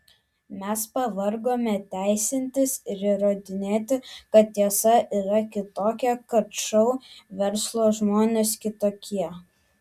mes pavargome teisintis ir įrodinėti kad tiesa yra kitokia kad šou verslo žmonės kitokie